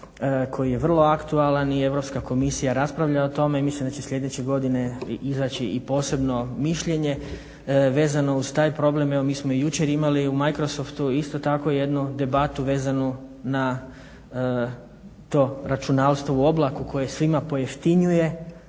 koji je vrlo aktualan i Europska komisija raspravlja o tome i mislim da će sljedeće godine i izaći i posebno mišljenje vezano uz taj problem. Evo mi smo i jučer imali u Microsoftu isto tako jednu debatu vezanu na to računalstvo u oblaku koje svima pojeftinjuje